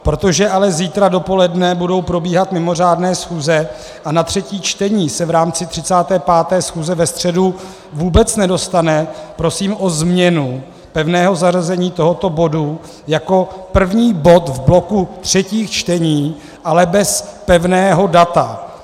Protože ale zítra dopoledne budou probíhat mimořádné schůze a na třetí čtení se v rámci 35. schůze ve středu vůbec nedostane, prosím o změnu pevného zařazení tohoto bodu jako první bod v bloku třetích čtení, ale bez pevného data.